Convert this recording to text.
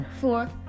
four